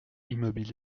immobile